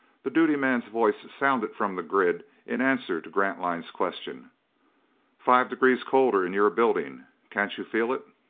the duty man's voice sounded from the grid in answer to grantline's question five degrees colder in your building. can't you feel it?